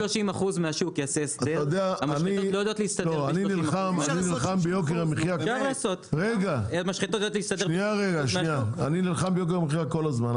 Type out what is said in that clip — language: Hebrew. אני נלחם ביוקר המחיה כל הזמן,